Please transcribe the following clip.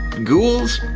ghouls?